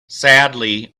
sadly